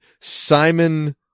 Simon